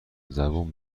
زبون